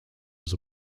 was